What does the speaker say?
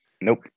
Nope